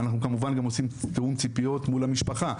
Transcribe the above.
אנחנו כמובן גם עושים תאום ציפיות מול המשפחה.